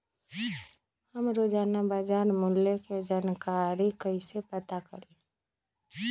हम रोजाना बाजार मूल्य के जानकारी कईसे पता करी?